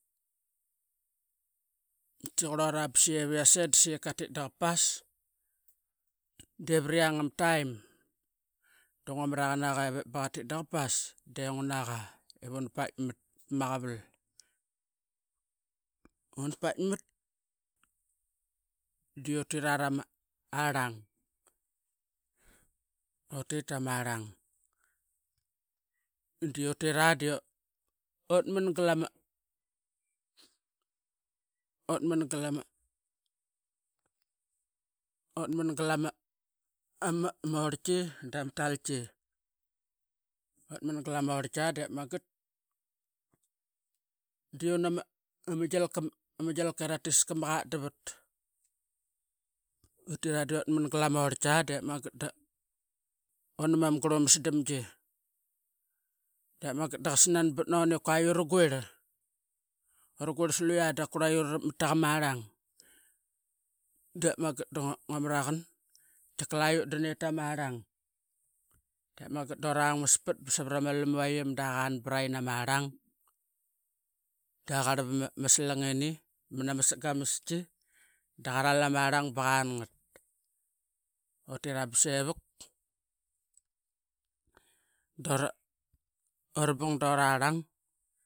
Saiqi qurora saiqi vi yas ee daqatit daqa pas denguana i vuna paitmat pama qaval. Una paitmat diutit aa ramarang utit tamarang diutra diutman galama orlki da matalki utman glama iratiska ma qadavat utitra diotman glama orlki dep mangat don man qarumasdamgi dep mangat daqa daqasanbat nan, ip qua uruguer salu ya dap qua orarak matnaqa morang dep mangat dungamaraqan katika laiutdan ip tamar rang. Dep mangat dora ngmas pat ba savarana lamuiqi ima doqan braiqi nama rong mada qarap ama slanginini mana ama sagamaski daqaral ama rang banqangat utira basaivuk dora bung doraraag.